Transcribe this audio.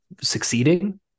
succeeding